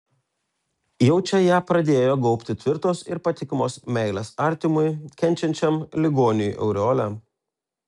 jau čia ją pradėjo gaubti tvirtos ir patikimos meilės artimui kenčiančiam ligoniui aureolė